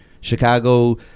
Chicago